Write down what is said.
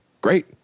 great